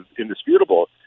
indisputable